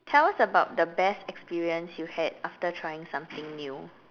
tell us about the best experience you had after trying something new